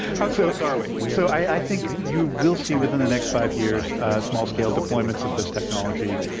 how close are we? so, i think you will see within the next five years small-scale deployments of this technology.